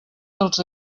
dels